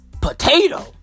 potato